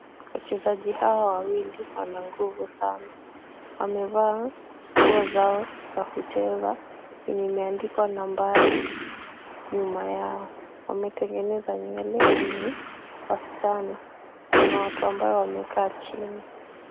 Wachezaji hawa wawili wana nguvu sana. Wamevaa nguo zao za kucheza yenye imeandikwa nambari nyuma yao. Wametengeneza nywele na ni wasichana. Kuna watu ambao wamekaa chini.